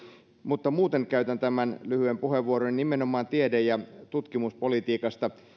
mutta muuten käytän tämän lyhyen puheenvuoroni nimenomaan tiede ja tutkimuspolitiikasta